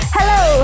Hello